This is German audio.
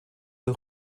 der